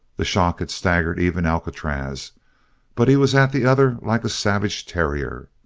the shock had staggered even alcatraz but he was at the other like a savage terrier.